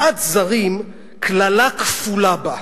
"קללה כפולה בה: